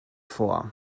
vor